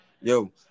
Yo